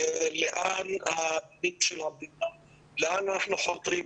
לאן אנחנו חותרים